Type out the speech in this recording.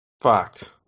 fucked